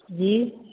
जी